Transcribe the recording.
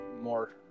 more